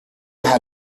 how